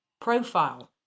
profile